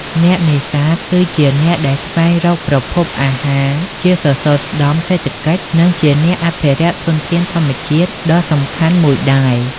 អ្នកនេសាទ គឺជាអ្នកដែលស្វែងរកប្រភពអាហារ ជាសសរស្តម្ភសេដ្ឋកិច្ច និងជាអ្នកអភិរក្សធនធានធម្មជាតិដ៏សំខាន់មួយដែរ។